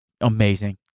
amazing